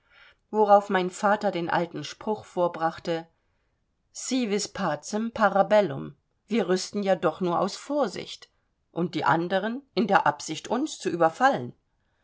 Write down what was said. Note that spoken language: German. worauf mein vater den alten spruch vorbrachte sie vis pacem para bellum wir rüsten ja doch nur aus vorsicht und die andern in der absicht uns zu überfallen